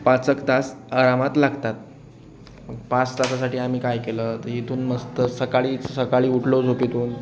पाच एक तास आरामात लागतात मग पाच तासासाठी आम्ही काय केलं तर इथून मस्त सकाळीच सकाळी उठलो झोपेतून